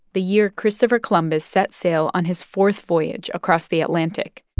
the year christopher columbus set sail on his fourth voyage across the atlantic.